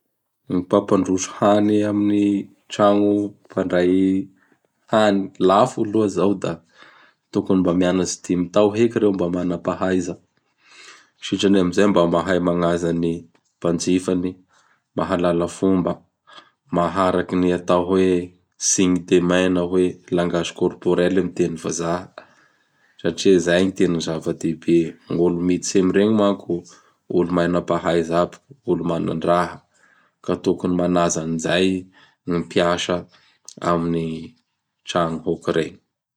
Ny mpampandroso hany amin'ny tragno mpandray hany lafo aloha izao da tokony mba mianatsy dimy tao heky ireo mba manapahaiza. Sitrany amin'izay mba mahay magnaja gny mpanjifany, mahalala fomba, maharaky ny atao hoe: "Signe de main" na hoe: ''Langage corporel" amin'ny teny vazaha satria zay gny tena zava-dehibe. Gn' olo amiregny manko olo manapahaiza aby, olo manandraha ka tokony manaja an'izay gny mpiasa amin'ny tragno hôkiregny.